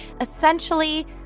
essentially